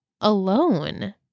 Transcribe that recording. alone